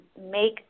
make